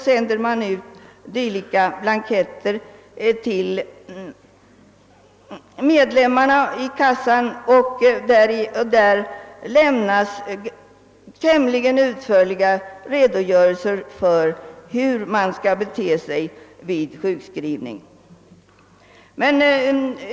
— sänds ut till medlemmarna i kassan. På de blanketterna lämnas tämligen utförliga redogörelser för hur man skall bete sig vid sjukskrivning.